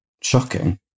shocking